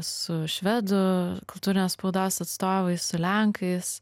su švedu kultūrinės spaudos atstovais su lenkais